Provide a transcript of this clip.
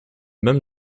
même